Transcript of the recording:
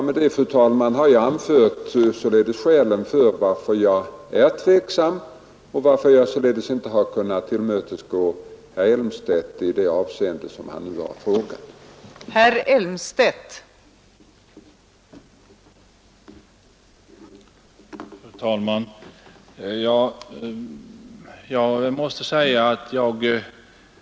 Med detta, fru talman, har jag anfört skälet till att jag är tveksam och till att jag således inte kunnat tillmötesgå herr Elmstedt i det avseende som det nu är fråga om.